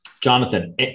Jonathan